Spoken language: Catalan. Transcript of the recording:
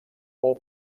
pel